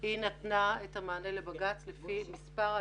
היא נתנה את המענה לבג"ץ לפי מספר הנתונים,